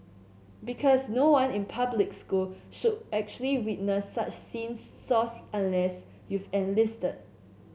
because no one in public school should actually witness such scenes source unless you've enlisted